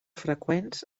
freqüents